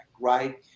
right